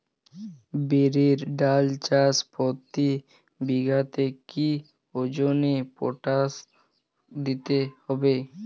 বিরির ডাল চাষ প্রতি বিঘাতে কি ওজনে পটাশ দিতে হবে?